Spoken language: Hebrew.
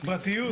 פרטיות.